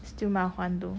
still 麻烦 though